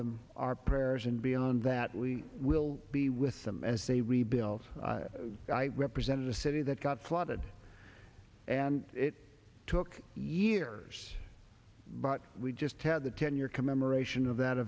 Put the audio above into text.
them our prayers and beyond that we will be with them as they rebuild and i represented a city that got flooded and it took years but we just had the ten year commemoration of that